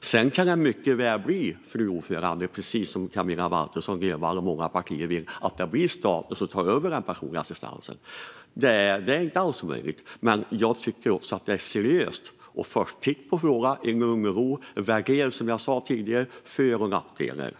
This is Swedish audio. Sedan kan det mycket väl bli, fru talman, precis som Camilla Waltersson Grönvall och många partier vill, så att staten tar över den personliga assistansen. Det är inte alls omöjligt, men jag tycker att det är seriöst att först titta på frågan i lugn och ro och, som jag sa tidigare, väga för och nackdelar.